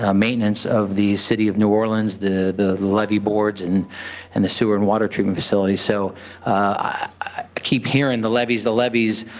um maintenance, of the city of new orleans, the the levee boards, and and the sewer and water treatment facilities. so i keep hearing the levees, the levees.